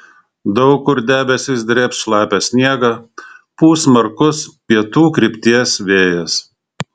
daug kur debesys drėbs šlapią sniegą pūs smarkus pietų krypties vėjas